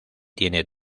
tiene